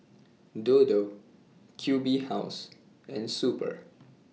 Dodo Q B House and Super